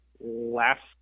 last